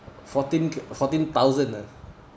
fourteen fourteen thousand ah